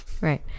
Right